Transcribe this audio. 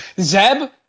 Zeb